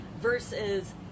versus